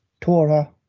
Tora